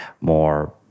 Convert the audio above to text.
more